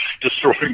destroying